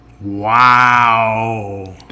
Wow